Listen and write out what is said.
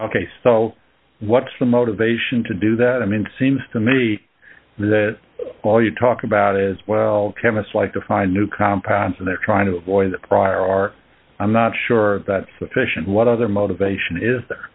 k so what's the motivation to do that i mean seems to me that all you talk about is well chemists like to find new compounds and they're trying to avoid the prior art i'm not sure that sufficient what other motivation is there